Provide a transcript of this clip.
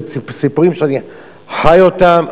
סיפורים שאני חי אותם,